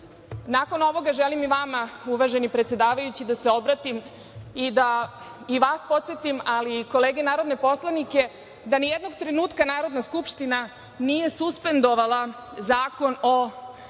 rodu. Nakon ovoga, želim i vama, uvaženi predsedavajući, da se obratim i da i vas podsetim, ali i kolege narodne poslanike, da nijednog trenutka Narodna skupština nije suspendovala Zakon o